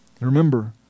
Remember